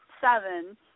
seven